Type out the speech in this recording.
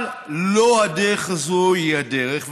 אבל לא הדרך הזאת היא הדרך,